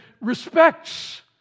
respects